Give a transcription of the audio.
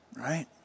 right